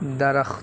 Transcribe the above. درخت